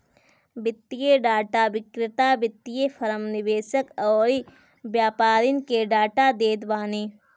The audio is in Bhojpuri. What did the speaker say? वित्तीय डाटा विक्रेता वित्तीय फ़रम, निवेशक अउरी व्यापारिन के डाटा देत बाने